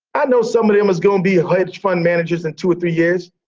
i know some of them is gonna be hedge fund managers in two or three years.